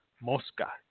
Mosca